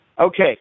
okay